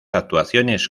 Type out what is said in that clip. actuaciones